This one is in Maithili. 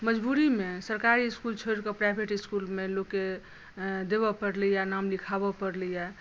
मज़बूरीमे सरकारी इसकुल छोड़ि कऽ प्राइवेट इसकुलमे लोककेँ देबऽ पड़लैया नाम लिखाबऽ पड़लैया